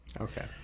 Okay